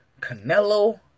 Canelo